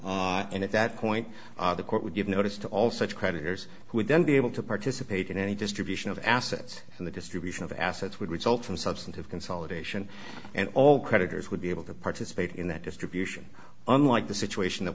doubt and at that point the court would give notice to all such creditors who would then be able to participate in any distribution of assets and the distribution of assets would result from substantive consolidation and all creditors would be able to participate in that distribution unlike the situation that